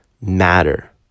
matter